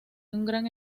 gran